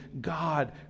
God